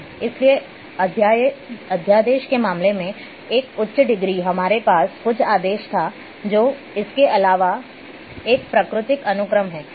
इसलिए अध्यादेश के मामले में एक उच्च डिग्री हमारे पास कुछ आदेश था जो इसके अलावा एक प्राकृतिक अनुक्रम है